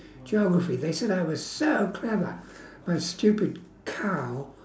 geography they said I was so clever my stupid cow